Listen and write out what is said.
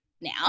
now